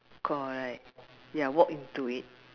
correct ya walk into it